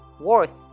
Worth